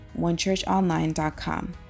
OneChurchOnline.com